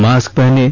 mask पहनें